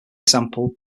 example